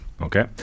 Okay